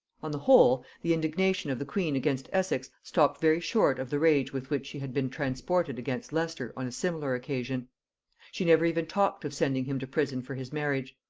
on the whole, the indignation of the queen against essex stopped very short of the rage with which she had been transported against leicester on a similar occasion she never even talked of sending him to prison for his marriage.